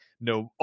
no